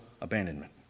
abandonment